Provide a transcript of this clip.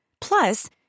Plus